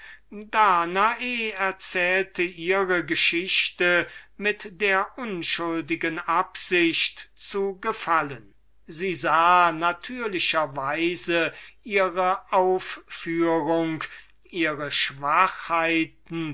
danae erzählte ihre geschichte mit der unschuldigen absicht zu gefallen sie sah natürlicher weise ihre aufführung ihre schwachheiten